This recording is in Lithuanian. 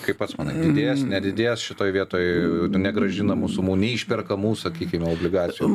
kaip pats manai didės nedidės šitoj vietoj negrąžinamų sumų neišperkamų sakykime obligacijų